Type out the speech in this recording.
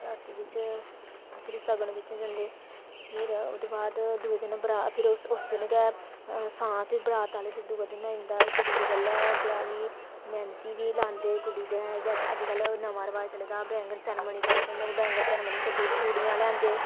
ते बिच फ्ही सगन बिच जंदे फिर ओहदे बाद दुऐ दिन बरात फिर उस दिन गे सांत फिर बरात आहले दुऐ दिन ना इंदा कुडी़ दा पैहलें ब्याह च मैंहदी बी लांदे कुड़ी दे अजकल नमां रिवाज चले दा बैंगल सेरामनी दा लोग बैंगल सेरामनी बी करदे चूडि़यां लेईआंदे